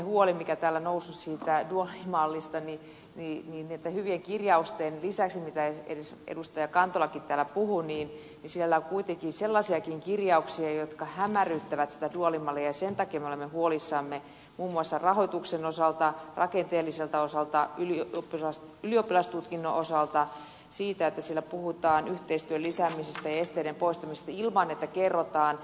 huoli nousi siitä duaalimallista mutta näiden hyvien kirjausten lisäksi mitä edustaja kantolakin täällä puhui siellä on kuitenkin sellaisiakin kirjauksia jotka hämärryttävät sitä duaalimallia ja sen takia me olemme huolissamme muun muassa rahoituksen osalta rakenteelliselta osalta ylioppilastutkinnon osalta siitä että siellä puhutaan yhteistyön lisäämisestä ja esteiden poistamisesta ilman että kerrotaan mitä ne sitten oikeasti ovat